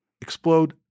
explode